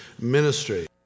ministry